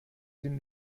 dem